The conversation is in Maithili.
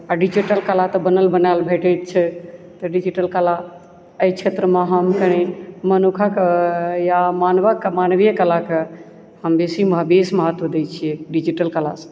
आओर डिजिटल कला तऽ बनल बनायल भेटैत छै तऽ डिजिटल कला एहि क्षेत्रमे हम मनुक्खक या मानवीय कलाके हम बेसी महत्व बेस महत्त्व दैत छियै डिजिटल कलासँ